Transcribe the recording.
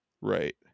Right